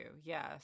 Yes